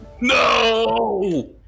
No